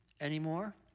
anymore